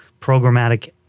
Programmatic